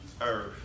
earth